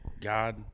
God